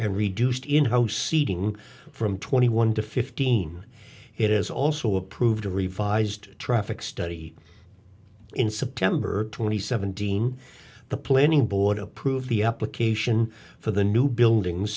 and reduced in house seating from twenty one to fifteen it is also approved a revised traffic study in september twenty seventh deem the planning board approved the application for the new buildings